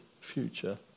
future